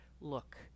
look